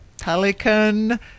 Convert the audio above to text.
pelican